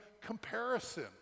comparison